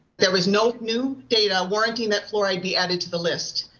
there was no new data warranting that fluoride be added to the list.